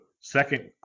second